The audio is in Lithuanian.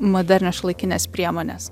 modernios šiuolaikinės priemonės